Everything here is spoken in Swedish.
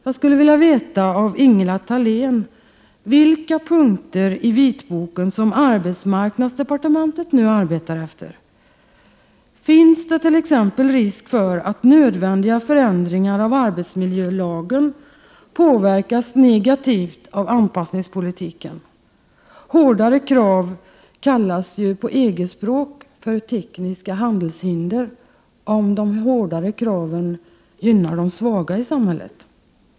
Jag skulle vilja veta av Ingela Thalén, vilka punkter i vitboken som arbetsmarknadsdepartementet nu arbetar efter. Finns det t.ex. risk för att nödvändiga förändringar av arbetsmiljölagen påverkas negativt av anpassningspolitiken? Hårdare krav kallas ju på EG-språk för tekniska handelshinder, om de hårdare kraven gynnar de svaga i samhället.